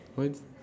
what